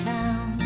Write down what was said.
Town